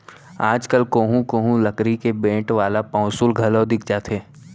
आज कल कोहूँ कोहूँ लकरी के बेंट वाला पौंसुल घलौ दिख जाथे